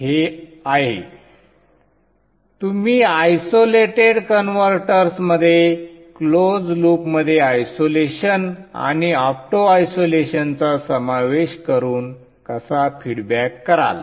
हे आहे संदर्भ वेळ 1002 तुम्ही आयसोलेटेड कन्व्हर्टर्स मध्ये क्लोज लूपमध्ये आयसोलेशन आणि ऑप्टो आयसोलेशनचा समावेश करून कसा फीडबॅक कराल